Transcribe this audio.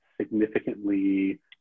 significantly